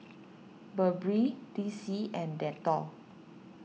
Burberry D C and Dettol